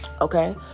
okay